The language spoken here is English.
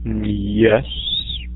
yes